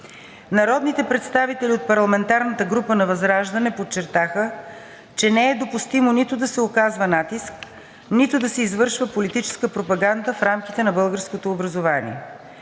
Народните представители от парламентарната група „Възраждане“ подчертаха, че не е допустимо нито да се оказва натиск, нито да се извършва политическа пропаганда в рамките на българското образование.